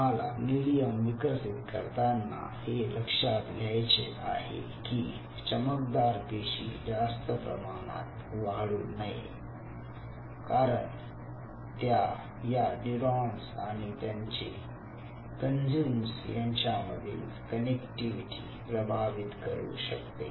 तुम्हाला मीडियम विकसित करताना हे लक्षात घ्यायचे आहे की चमकदार पेशी जास्त प्रमाणात वाढू नये कारण त्या या न्यूरॉन्स आणि त्याचे कंज्यूम्स यांच्यामधील कनेक्टिविटी प्रभावित करू शकते